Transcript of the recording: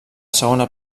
segona